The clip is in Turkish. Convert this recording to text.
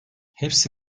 hepsi